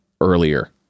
earlier